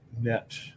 Net